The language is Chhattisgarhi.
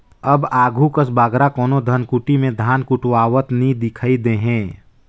अब आघु कस बगरा कोनो धनकुट्टी में धान कुटवावत नी दिखई देहें